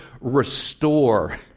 restore